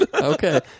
Okay